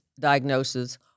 diagnosis